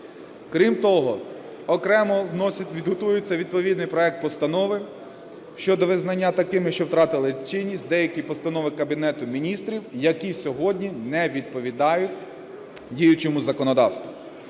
Крім того, окремо готується відповідний проект Постанови щодо визнання такими, що втратили чинність деякі постанови Кабінету Міністрів, які сьогодні не відповідають діючому законодавству.